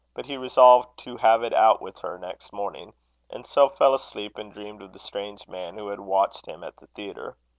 but he resolved to have it out with her next morning and so fell asleep and dreamed of the strange man who had watched him at the theatre.